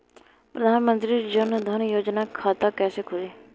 प्रधान मंत्री जनधन योजना के खाता कैसे खुली?